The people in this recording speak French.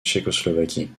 tchécoslovaquie